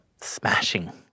smashing